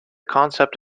concept